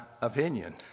opinion